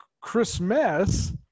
Christmas